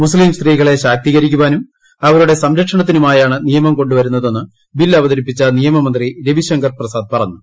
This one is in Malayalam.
മുസ്ലീം സ്ത്രീകളെ ശാക്തീകരിക്കാനും അവരുടെ സംരക്ഷണത്തിനുമായാണ് നിയമം കൊണ്ടുവരുന്നതെന്ന് ബിൽ അവതരിപ്പിച്ച നിയമമന്ത്രി രവിശങ്കർ പ്രസാദ് പറഞ്ഞു